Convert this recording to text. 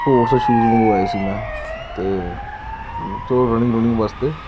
sports shoes ਮੰਗਵਾਏ ਸੀ ਮੈਂ ਤੇ ਚਲੋ ਰਨਿੰਗ ਰੁਨਿੰਗ ਵਾਸਤੇ